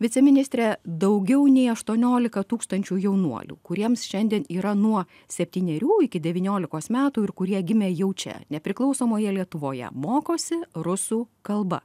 viceministre daugiau nei aštuoniolika tūkstančių jaunuolių kuriems šiandien yra nuo septynerių iki devyniolikos metų ir kurie gimė jau čia nepriklausomoje lietuvoje mokosi rusų kalba